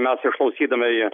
mes išklausydami